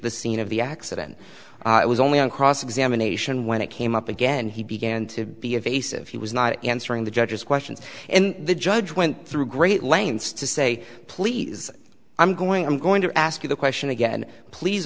the scene of the accident it was only on cross examination when it came up again he began to be evasive he was not answering the judge's questions and the judge went through great lengths to say please i'm going i'm going to ask you the question again please